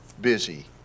busy